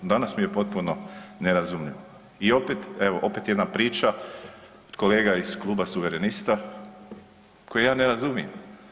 Danas mi je potpuno nerazumljivo i opet, evo, opet jedna priča od kolega iz Kluba Suverenista koje ja ne razumijem.